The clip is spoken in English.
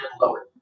lower